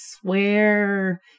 swear